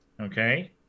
okay